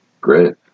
Great